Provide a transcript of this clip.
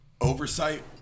oversight